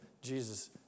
Jesus